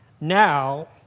Now